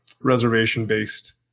reservation-based